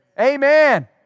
Amen